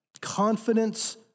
Confidence